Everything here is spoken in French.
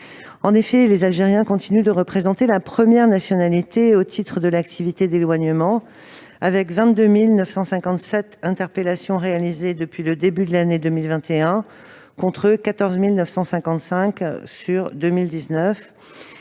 « Ainsi, les Algériens continuent de représenter la première nationalité au titre de l'activité d'éloignement avec 22 957 interpellations réalisées depuis le début de l'année 2021, contre 14 955 en 2019,